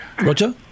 Roger